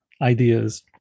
ideas